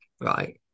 right